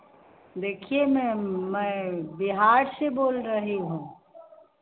देखिए मैम मैं बिहार से बोल रही हूँ